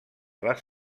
les